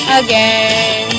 again